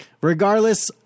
regardless